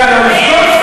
ועל העובדות,